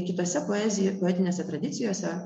kitose poezij poetinėse tradicijose